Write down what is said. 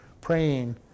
praying